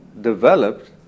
developed